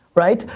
right?